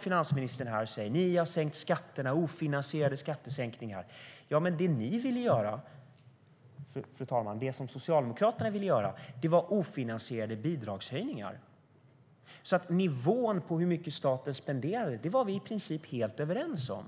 Finansministern står och säger att vi har genomfört ofinansierade skattesänkningar. Ja, men det Socialdemokraterna ville göra, fru talman, var ofinansierade bidragshöjningar. Nivån på hur mycket staten skulle spendera var vi i princip helt överens om.